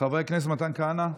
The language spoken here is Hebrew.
חבר הכנסת מתן כהנא,